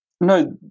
No